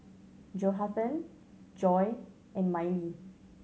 Johathan Joy and Mylie